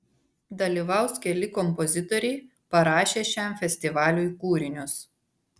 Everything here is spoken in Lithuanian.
dalyvaus keli kompozitoriai parašę šiam festivaliui kūrinius